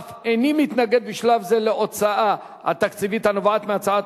הכנסת אודיעכם כי איני מתנגד לאישור בקריאה ראשונה של הצעת